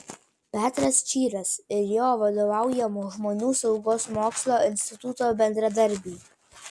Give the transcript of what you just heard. petras čyras ir jo vadovaujamo žmonių saugos mokslo instituto bendradarbiai